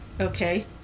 Okay